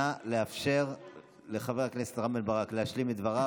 נא לאפשר לחבר הכנסת רם בן ברק להשלים את דבריו.